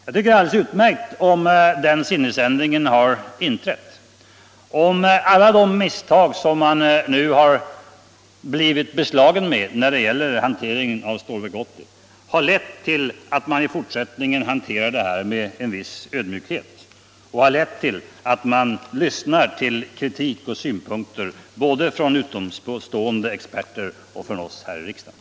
Jag tycker det är alldeles utmärkt om den sinnesändringen nu har inträtt, om alla de misstag som man har blivit beslagen med när det gäller Stålverk 80 lett till att man i fortsättningen lyssnar till kritik och synpunkter både från utomstående experter och från oss här i riksdagen.